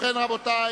רבותי